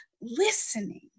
listening